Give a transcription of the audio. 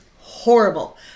horrible